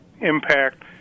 impact